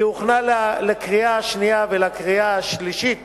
והיא הוכנה לקריאה השנייה ולקריאה השלישית